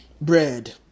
bread